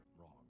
Wrong